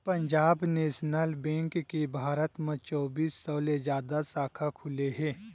Punjab national bank के भारत म चौबींस सौ ले जादा साखा खुले हे